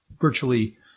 virtually